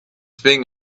thing